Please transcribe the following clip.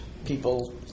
People